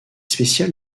spécial